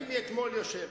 מאתמול אני יושב,